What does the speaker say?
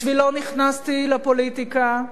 בשבילו נכנסתי לפוליטיקה,